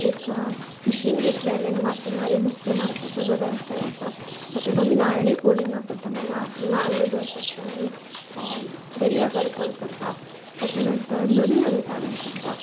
एक फिशिंग घेतल्याल्यार मासेमारी नुस्तें मारपाचो जो वेवसाय आसा तातूंत आमी नारळी पोर्णीमा करतात मळ नाल् नाल्ल जो आसात तो आमी दर्याक अर्पण करता ताज्या नंतर नवीं आमी सादर करता